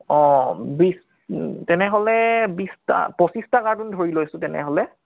অঁ বিছ তেনেহ'লে বিছটা পঁচিশটা কাৰ্টুন ধৰি লৈছোঁ তেনেহ'লে